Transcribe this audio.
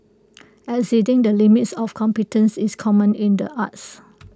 exceeding the limits of competence is common in the arts